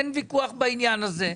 אין ויכוח בעניין הזה.